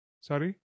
Sorry